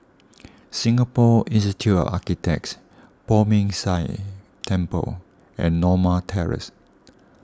Singapore Institute of Architects Poh Ming Tse Temple and Norma Terrace